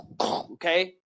okay